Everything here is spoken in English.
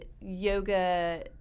yoga